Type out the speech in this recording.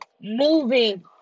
Moving